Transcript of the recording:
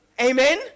Amen